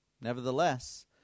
Nevertheless